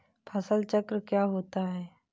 फसल चक्र क्या होता है?